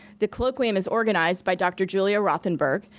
the colloquium is organized by dr. julia rothenberg,